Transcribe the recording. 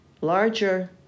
larger